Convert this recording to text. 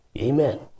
Amen